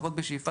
לפחות בשאיפה,